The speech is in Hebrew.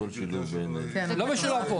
גברתי יושבת הראש --- שי,